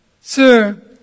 Sir